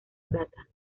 plata